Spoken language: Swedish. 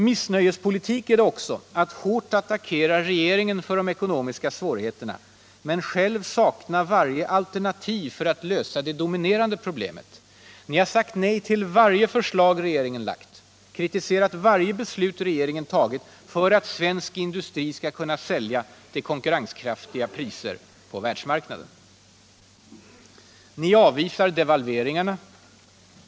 Missnöjespolitik är det också att hårt attackera regeringen för de ekonomiska svårigheterna men själv sakna varje alternativ för att lösa det dominerande problemet. Ni har sagt nej till varje förslag regeringen lagt, kritiserat varje beslut regeringen tagit, för att svensk industri skall kunna sälja till konkurrenskraftiga priser på världsmarknaden. Ni avvisar devalveringarna.